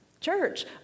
church